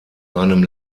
einem